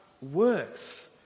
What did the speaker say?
works